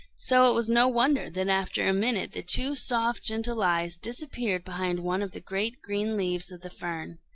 so it was no wonder that after a minute the two soft, gentle eyes disappeared behind one of the great green leaves of the fern.